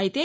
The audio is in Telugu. అయితే